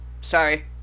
Sorry